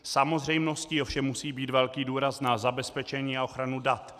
Samozřejmostí ovšem musí být velký důraz na zabezpečení a ochranu dat.